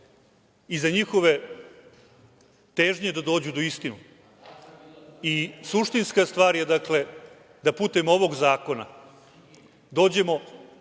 i za njihove težnje da dođu do istine. Suštinska stvar je da putem ovog zakona dođemo